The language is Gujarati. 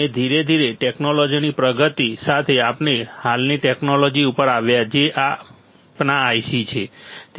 અને ધીરે ધીરે ટેકનોલોજીની પ્રગતિ સાથે આપણે હાલની ટેકનોલોજી ઉપર આવ્યા જે આપણા IC છે